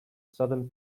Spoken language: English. southern